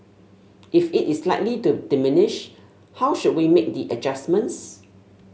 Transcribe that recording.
if it is likely to diminish how should we make the adjustments